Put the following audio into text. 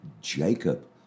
Jacob